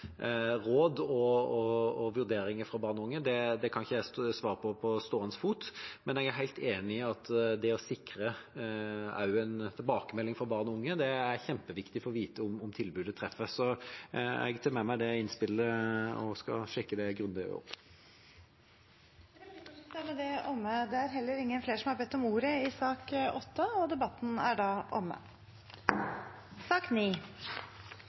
og vurderinger fra barn og unge, kan jeg ikke svare på på stående fot, men jeg er helt enig i at det å sikre en tilbakemelding også fra barn og unge er kjempeviktig for å få vite om tilbudet treffer. – Så jeg tar med meg det innspillet og skal sjekke det grundigere opp. Replikkordskiftet er dermed omme. Flere har ikke bedt om ordet til sak nr. 8. Etter ønske fra arbeids- og sosial komiteen vil presidenten ordne debatten